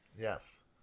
yes